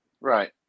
Right